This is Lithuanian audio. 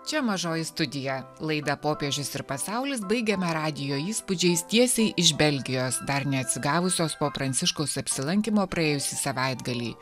čia mažoji studija laidą popiežius ir pasaulis baigiame radijo įspūdžiais tiesiai iš belgijos dar neatsigavusios po pranciškaus apsilankymo praėjusį savaitgalį